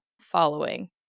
following